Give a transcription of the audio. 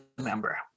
member